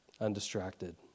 undistracted